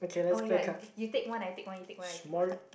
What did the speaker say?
oh-my-god you take one I take one you take one I take one